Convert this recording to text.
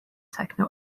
techno